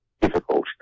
Difficult